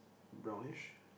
brownish